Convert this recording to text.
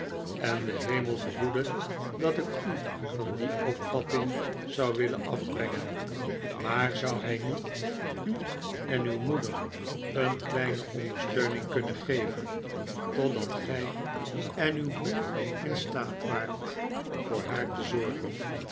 en de hemel verhoede dat ik u van die opvatting zou willen afbrengen maar zou hij niet u en uw boeder een kleine ondersteuning kunnen geven totdat gij en uw broer in staat waart voor haar te zorgeh